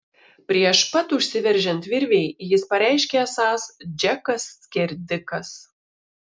prieš pat užsiveržiant virvei jis pareiškė esąs džekas skerdikas